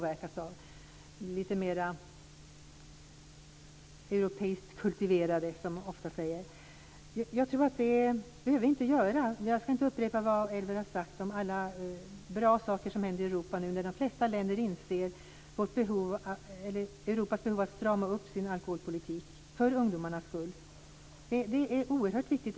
Vi vill vara lite mera europeiskt kultiverade, som vi ofta säger. Jag skall inte upprepa vad Elver Jonsson har sagt om alla de bra saker som händer i Europa. De flesta länder inser Europas behov av att strama upp sin alkoholpolitik för ungdomarnas skull. Det är oerhört viktigt.